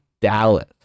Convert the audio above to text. Dallas